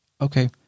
okay